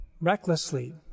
recklessly